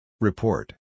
Report